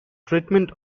treatment